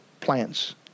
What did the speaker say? plants